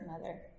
mother